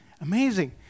Amazing